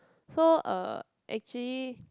so uh actually